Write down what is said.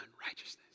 unrighteousness